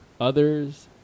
others